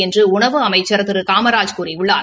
என்று உணவு அமைச்சா் திரு கமராஜ் கூறியுள்ளார்